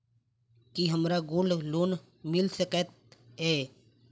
की हमरा gold loan मिल सकैत ये?